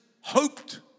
hoped